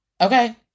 Okay